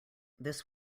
this